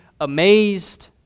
amazed